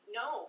no